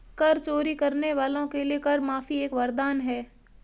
कर चोरी करने वालों के लिए कर माफी एक वरदान है